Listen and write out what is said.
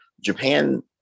Japan